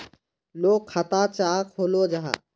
लोग खाता चाँ खोलो जाहा?